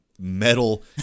metal